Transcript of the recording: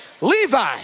Levi